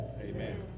Amen